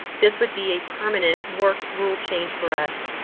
this would be a permanent work rule change for us,